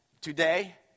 Today